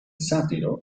sátiro